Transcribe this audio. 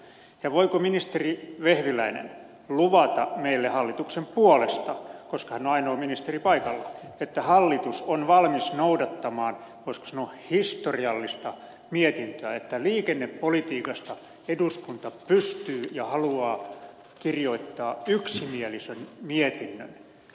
ja voiko ministeri vehviläinen luvata meille hallituksen puolesta koska hän on ainoa ministeri paikalla että hallitus on valmis noudattamaan voisiko sanoa historiallista mietintöä että liikennepolitiikasta eduskunta pystyy kirjoittamaan ja haluaa kirjoittaa yksimielisen mietinnön